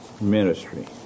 ministry